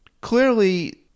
clearly